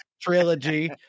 trilogy